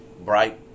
bright